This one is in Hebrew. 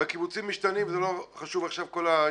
והקיבוצים משתנים וזה לא חשוב עכשיו כל ההיסטוריה.